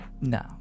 No